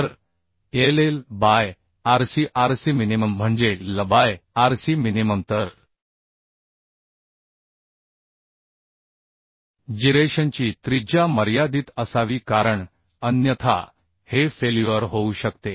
तर Il by Rc Rcमिनिमम म्हणजे l बाय Rc मिनिमम तर जिरेशनची त्रिज्या मर्यादित असावी कारण अन्यथा हे फेल्युअर होऊ शकते